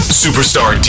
superstar